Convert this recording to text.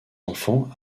enfants